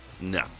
No